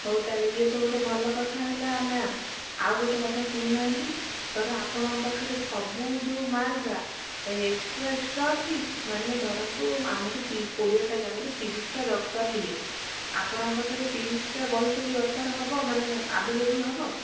ହଉ ତାହେଲେ ଇଏ ତ ଗୋଟେ ଭଲ କଥା ହେଲା ମ୍ୟାମ୍ ଆଉ ଗୋଟେ କଥା ଶୁଣୁ ନାହାନ୍ତି ଧର ଆପଣଙ୍କ ପାଖରେ ସବୁ ଯୋଉ ମାଲ୍ ରା ଏକ୍ସଟ୍ରା ଏକ୍ସଟ୍ରା ଅଛି ମାନେ ଧରନ୍ତୁ ଆମକୁ କୋଡ଼ିଏଟା ଜାଗାରେ ତିରିଶ୍ଟା ଦରକାର ହେଲେ ଆପଣଙ୍କ ପାଖରେ ତିରିଶ୍ଟା ବହି ସବୁ ଦରକାର ହେବ ମାନେ ଆଭେଲେବୁଲ୍ ହେବ